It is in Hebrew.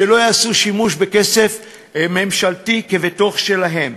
שלא יעשו בכסף ממשלתי כבתוך שלהם.